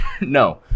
no